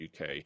UK